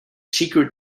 secret